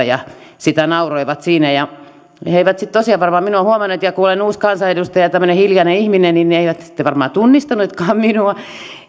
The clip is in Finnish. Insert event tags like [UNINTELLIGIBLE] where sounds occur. [UNINTELLIGIBLE] ja sitä nauroivat siinä he eivät tosiaan varmaan minua huomanneet ja kun olen uusi kansanedustaja tämmöinen hiljainen ihminen niin eivät sitten varmaan tunnistaneetkaan minua